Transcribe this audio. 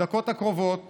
בדקות הקרובות